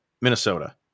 Minnesota